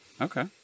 Okay